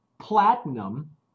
Platinum